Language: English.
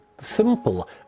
simple